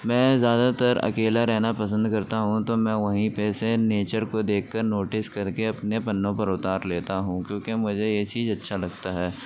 میں زیادہ تر اکیلا رہنا پسند کرتا ہوں تو میں وہیں پہ سے نیچر کو دیکھ کر نوٹس کر کے اپنے پنوں پر اتار لیتا ہوں کیوں کہ مجھے یہ چیز اچھا لگتا ہے